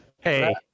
Hey